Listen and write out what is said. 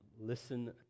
listen